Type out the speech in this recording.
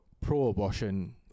pro-abortion